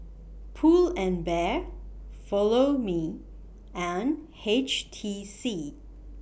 Pull and Bear Follow Me and H T C